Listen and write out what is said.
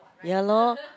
ya lor